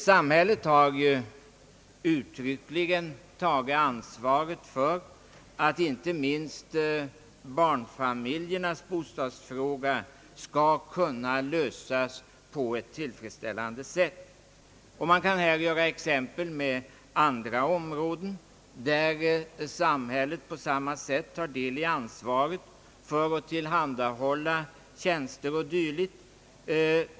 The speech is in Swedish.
Samhället har uttryckligen tagit ansvaret för att inte minst barnfamiljernas bostadsfråga skall lösas på ett tillfredsställande sätt. Man kan här dra paralleller med andra områden, där samhället på liknande sätt tar del i ansvaret för att tillhandahålla tjänster och dylikt.